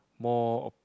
more